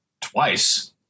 twice